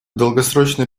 долгосрочной